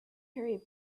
hurried